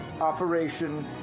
Operation